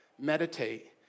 meditate